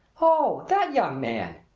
oh, that young man!